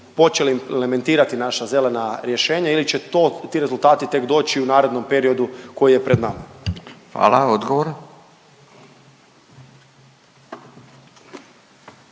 počeli implementirati naša zelena rješenja ili će to, ti rezultati tek doći u narednom periodu koji je pred nama? **Radin,